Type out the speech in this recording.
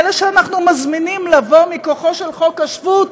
אלה שאנחנו מזמינים לבוא מכוחו של חוק השבות,